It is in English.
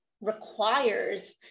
requires